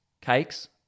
cakes